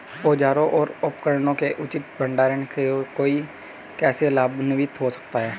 औजारों और उपकरणों के उचित भंडारण से कोई कैसे लाभान्वित हो सकता है?